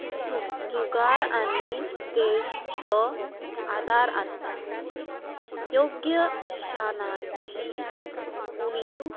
जुगार आनी स्टेशचो आदार आसता योग्य शानाची उणीव